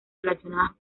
relacionadas